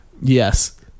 Yes